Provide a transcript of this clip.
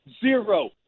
zero